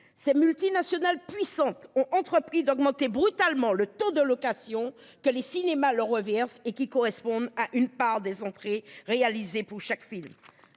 ces multinationales puissantes ont entrepris d'augmenter brutalement le taux de location que les cinémas leur reverse et qui correspondent à une part des entrées réalisées pour chaque film